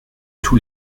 tous